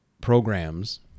programs